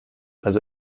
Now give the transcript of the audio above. also